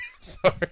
Sorry